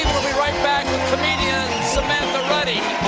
right back with comedian samantha ruddy.